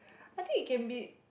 I think it can be